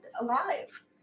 alive